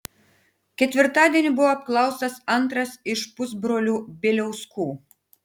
ketvirtadienį buvo apklaustas antras iš pusbrolių bieliauskų